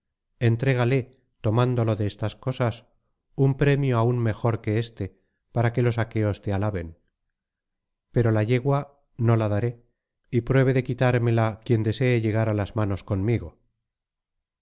entrégale tomándolo de estas cosas un premio aún mejor que éste para que los áqueos te alaben pero la yegua no la daré y pruebe de quitármela quien desee llegar á las manos conmigo